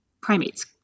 primates